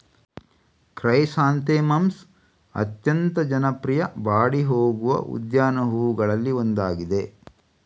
chrysanthemums ಅತ್ಯಂತ ಜನಪ್ರಿಯ ಬಾಡಿ ಹೋಗುವ ಉದ್ಯಾನ ಹೂವುಗಳಲ್ಲಿ ಒಂದಾಗಿದೆ